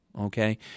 Okay